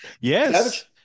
Yes